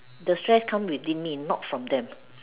the stress come within me not from them